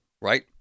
right